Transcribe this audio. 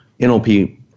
NLP